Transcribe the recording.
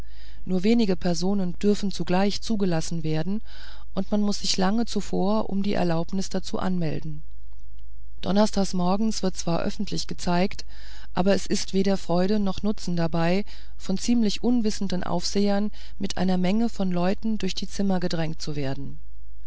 nur wenige personen dürfen zugleich zugelassen werden und man muß sich lange zuvor um die erlaubnis dazu anmelden donnerstag morgens wird es zwar öffentlich gezeigt aber es ist weder freude noch nutzen dabei von ziemlich unwissenden aufsehern mit einer menge von leuten durch die zimmer gedrängt zu werden